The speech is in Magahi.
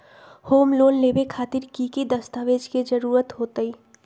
होम लोन लेबे खातिर की की दस्तावेज के जरूरत होतई?